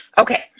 Okay